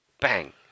bang